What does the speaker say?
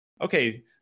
okay